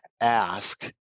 ask